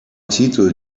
titel